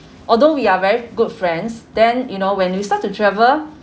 although we are very good friends then you know when we start to travel